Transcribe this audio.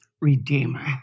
redeemer